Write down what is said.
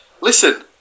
Listen